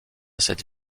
cette